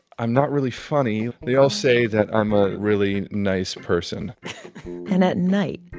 i'm not really funny. they all say that i'm a really nice person and at night,